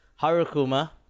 harukuma